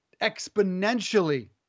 exponentially